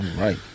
right